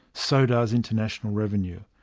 so does international revenue.